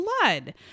blood